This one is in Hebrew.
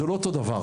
זה לא אותו הדבר.